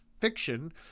fiction